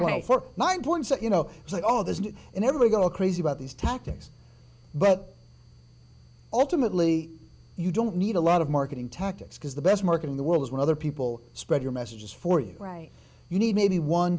point four nine points and you know it's like all this and everybody go crazy about these tactics but ultimately you don't need a lot of marketing tactics because the best market in the world is when other people spread your messages for you right you need maybe one